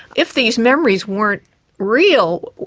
if these memories weren't real,